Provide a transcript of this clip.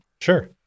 Sure